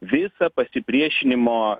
visą pasipriešinimo